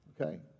Okay